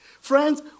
Friends